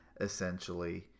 essentially